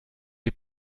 les